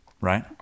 right